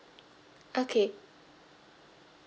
okay